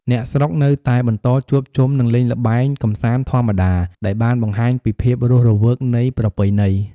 អ្នកស្រុកនៅតែបន្តជួបជុំ និងលេងល្បែងកម្សាន្តធម្មតា ដែលបានបង្ហាញពីភាពរស់រវើកនៃប្រពៃណី។